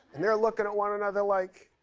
and they're looking at one another like,